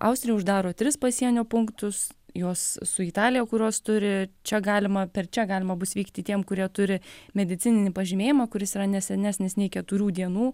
austrija uždaro tris pasienio punktus jos su italija kurios turi čia galima per čia galima bus vykti tiem kurie turi medicininį pažymėjimą kuris yra ne senesnis nei keturių dienų